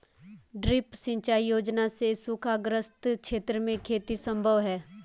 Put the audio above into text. drip सिंचाई योजना से सूखाग्रस्त क्षेत्र में खेती सम्भव है